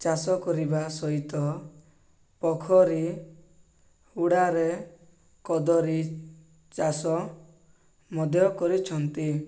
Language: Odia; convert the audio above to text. ଚାଷ କରିବା ସହିତ ପୋଖରୀ ଉୁଡ଼ାରେ କଦଳୀ ଚାଷ ମଧ୍ୟ କରିଛନ୍ତି